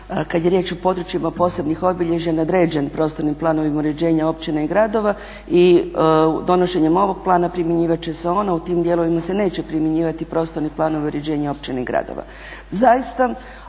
kad je riječ o područjima posebnih obilježja nadređen prostorni plan … uređenja općina i gradova i donošenjem ovog plana primjenjivat će se ono. U tim dijelovima se neće primjenjivati prostorni planovi uređenja općina i gradova.